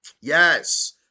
Yes